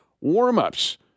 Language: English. warm-ups